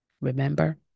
remember